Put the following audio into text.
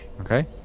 okay